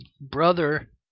brother